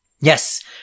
Yes